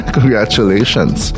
Congratulations